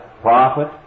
prophet